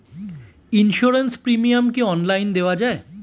Insurance premium কি online দেওয়া যায়?